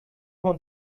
want